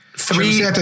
Three